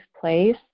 place